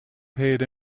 paid